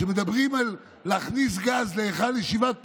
כשמדברים על להכניס גז להיכל ישיבת פוניבז'